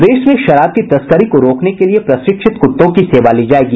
प्रदेश में शराब की तस्करी को रोकने के लिए प्रशिक्षित कुत्तों की सेवा ली जाएगी